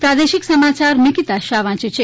પ્રાદેશિક સમાયાર નિકીતા શાહ વાંચે છે